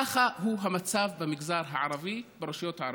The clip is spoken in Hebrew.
ככה הוא המצב במגזר הערבי, ברשויות הערביות.